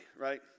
right